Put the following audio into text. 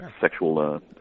sexual